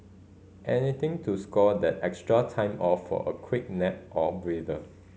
anything to score that extra time off for a quick nap or breather